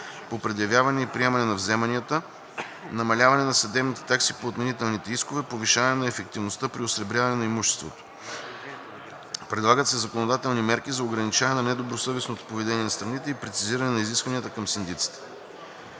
по предявяване и приемане на вземанията, намаляване на съдебните такси по отменителните искове, повишаване на ефективността при осребряване на имуществото. Предлагат се законодателни мерки за ограничаване на недобросъвестното поведение на страните и прецизиране на изискванията към синдиците.